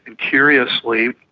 and curiously,